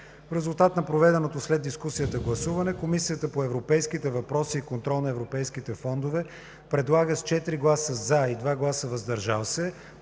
В резултат на проведеното след дискусията гласуване Комисията по европейските въпроси и контрол на европейските фондове предлага с 4 гласа „за“ и 2 гласа „въздържал се“